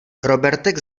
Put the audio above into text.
robertek